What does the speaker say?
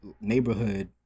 neighborhood